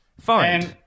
Fine